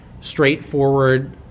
straightforward